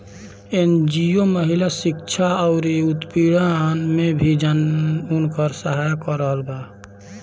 NGO महिला शिक्षा अउरी उत्पीड़न में भी उनकर सहायता करत बाटे